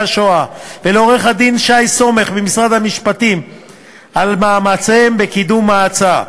השואה ולעורך-הדין שי סומך ממשרד המשפטים על מאמציהם בקידום ההצעה.